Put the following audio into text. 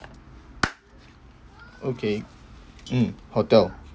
okay mm hotel